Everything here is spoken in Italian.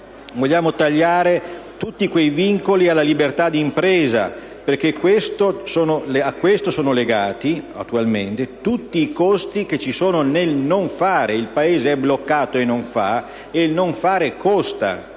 inoltre tagliare tutti i vincoli alla libertà d'impresa, perché a questo sono attualmente legati tutti i costi che ci sono nel non fare. Il Paese è bloccato e non fa, e il non fare ha